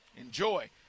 enjoy